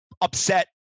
upset